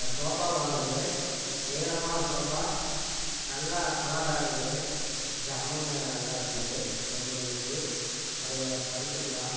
ஷோப்பா வாங்குனது நீளமான ஷோபா நல்லா கலராருந்தது ஜம்முன்னு நல்லாருந்தது மெதுமெதுப்பு அதில் படுத்துக்கலாம்